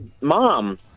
mom